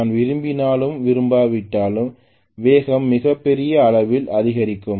நான் விரும்பினாலும் விரும்பாவிட்டாலும் வேகம் மிகப்பெரிய அளவில் அதிகரிக்கும்